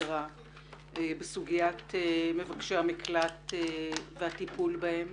אנחנו מתכנסים לדיון נוסף בסדרה בסוגיית מבקשי המקלט והטיפול בהם,